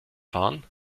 fahren